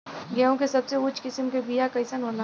गेहूँ के सबसे उच्च किस्म के बीया कैसन होला?